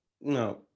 no